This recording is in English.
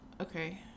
okay